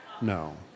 No